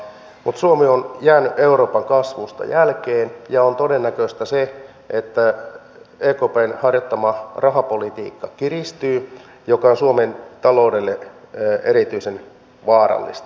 mutta suomi on jäänyt euroopan kasvusta jälkeen ja on todennäköistä se että ekpn harjoittama rahapolitiikka kiristyy mikä on suomen taloudelle erityisen vaarallista